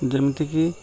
ଯେମିତିକି